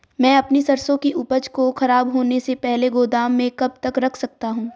मैं अपनी सरसों की उपज को खराब होने से पहले गोदाम में कब तक रख सकता हूँ?